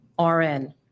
RN